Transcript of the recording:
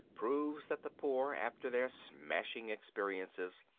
proves that the poor, after their smashing experiences,